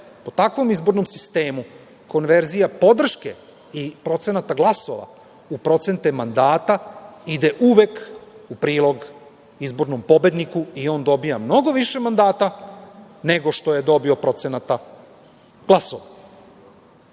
Po takvom sistemu, konverzija podrške i procenata glasova u procente mandata ide uvek u prilog izbornom pobedniku i on dobija mnogo više mandata nego što je dobio procenata glasova. Postoji